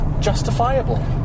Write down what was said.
justifiable